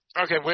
Okay